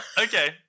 Okay